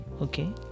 okay